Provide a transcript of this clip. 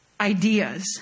ideas